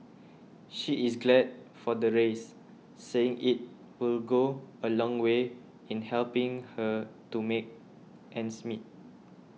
she is glad for the raise saying it will go a long way in helping her to make ends meet